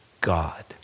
God